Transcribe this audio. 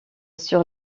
sur